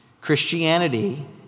Christianity